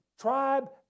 tribe